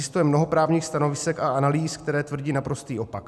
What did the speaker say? Existuje mnoho právních stanovisek a analýz, které tvrdí naprostý opak.